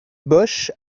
bosch